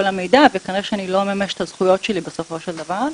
המידע וכנראה שאני לא אממש את הזכויות שלי בסופו של דבר.